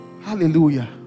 hallelujah